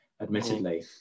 admittedly